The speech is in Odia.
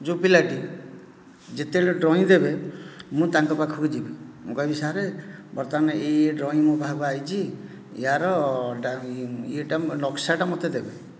ଯେଉଁ ପିଲାଟି ଯେତେବେଳେ ଡ୍ରଇଂ ଦେବେ ମୁଁ ତାଙ୍କ ପାଖକୁ ଯିବି ମୁଁ କହିବି ସାର୍ ବର୍ତ୍ତମାନ ଏଇ ଏଇ ଡ୍ରଇଂ ମୋ' ପାଖକୁ ଆସିଛି ଏହାର ଇଏଟା ନକ୍ସାଟା ମୋତେ ଦେବେ